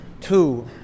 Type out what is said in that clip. two